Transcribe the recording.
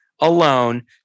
alone